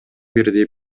бирдей